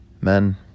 Men